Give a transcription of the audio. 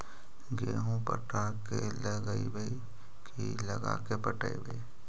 गेहूं पटा के लगइबै की लगा के पटइबै?